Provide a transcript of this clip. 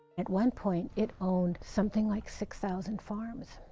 at one point it owned something like six thousand farms,